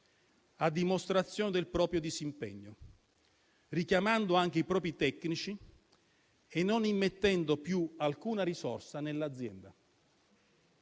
a dimostrazione del proprio disimpegno, richiamando anche i propri tecnici e non immettendo più alcuna risorsa nell'azienda.